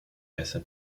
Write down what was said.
besser